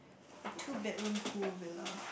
a two bedroom pool villa